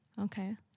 Okay